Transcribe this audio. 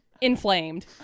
inflamed